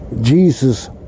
Jesus